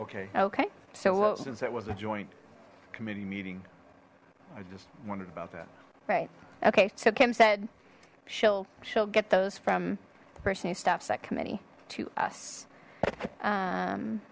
okay okay so well since it was a joint committee meeting i just wondered about that right okay so kim said she'll she'll get those from the person who stops that committee to us